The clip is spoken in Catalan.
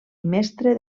mestre